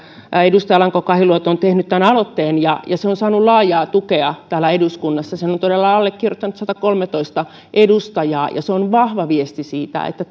edustaja alanko kahiluoto on tehnyt tämän aloitteen ja se on saanut laajaa tukea täällä eduskunnassa sen on allekirjoittanut satakolmetoista edustajaa ja se on vahva viesti siitä että